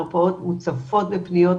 המרפאות מוצפות בפניות,